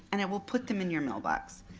and i will put them in your mailbox.